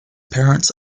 parents